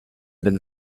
then